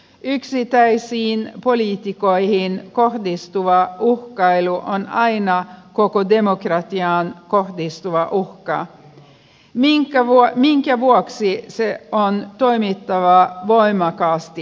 yksittäisiin poliitikkoihin kohdistuva uhkailu on aina koko demokratiaan kohdistuva uhka minkä vuoksi se on tuomittava voimakkaasti